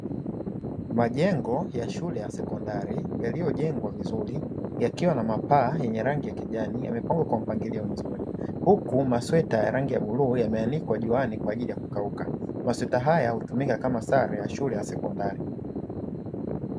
Majengo ya shule ya sekondari yaliyojengwa vizuri yakiwa na mapaa yenye rangi ya kijani; yamepangwa kwa mpangilio mzuri huku masweta ya rangi ya bluu yameanikwa juani kwa ajili ya kukauka, masweta haya hutumika kama sare ya shule ya sekondari